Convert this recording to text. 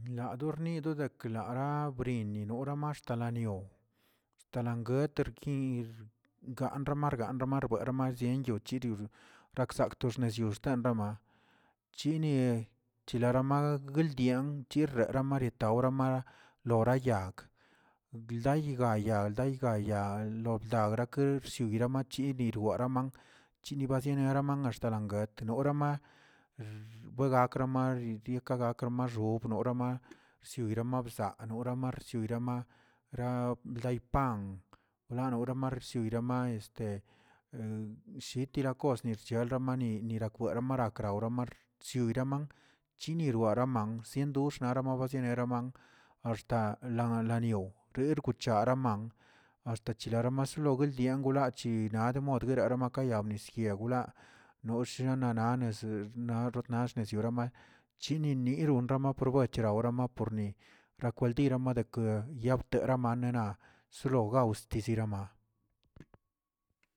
La dornidə deklara brinni norama talanion, stalanguetrə kir rganga makra marbue marchen yochirius rakꞌsakꞌ to xnezyurzə xtanrama chini chilarama guildian yireramariet worama norayag, ldaldayag daygaya oldagrakə chiguiuramachi yigwara man chini bazienera mangaxtela guet norama, buegakrama bidie ka gakra maxobrnorama bsiurama bzaa norama rsiorama ra raipan rarorama xsioyrama este shitira kosni yaalyamani- ni rakwera marakə oramar chsiyuyraman chiniroar man siendox neramanbasiraman axta la anariaw rerguchamana axtachilaramaxs gundiagolaa chinad modguela makaya bnis yegulaa, nosh shiananane nex xnax nonax yorama chini niru maprobecheraw amaporni rakwaldiarmadek yapterama nena solo gaos tesirama.